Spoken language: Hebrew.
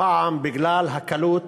הפעם בגלל הקלות,